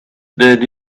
did